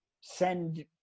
send